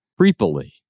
creepily